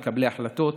מקבלי החלטות,